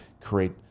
create